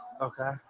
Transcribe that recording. Okay